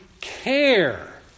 care